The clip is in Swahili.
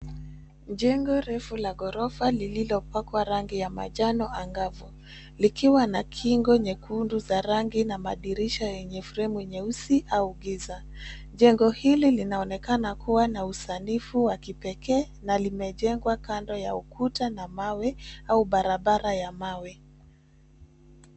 Jengo refu la ghorofa lililopakwa rangi ya manjano angavu, likiwa na kingo nyekundu za rangi na madirisha yenye fremu nyeusi au giza. Jengo hili linaonekana kuwa na usanifu wa kipekee na limejengwa kando ya ukuta na mawe au barabara ya mawe.